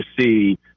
see